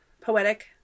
poetic